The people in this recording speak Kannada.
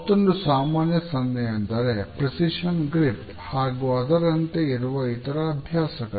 ಮತ್ತೊಂದು ಸಾಮಾನ್ಯ ಸನ್ನೆ ಅಂದರೆ ಪ್ರಿಸಿಶನ್ ಗ್ರಿಪ್ ಹಾಗೂ ಅದರಂತೆ ಇರುವ ಇತರ ಅಭ್ಯಾಸಗಳು